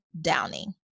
Downing